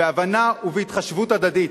בהבנה ובהתחשבות הדדית.